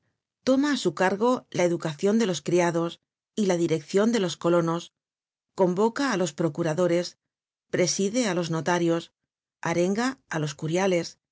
toma á su cargo la educacion de los criados y la direccion de los colonos convoca á los procuradores preside á los notarios arenga á los curiales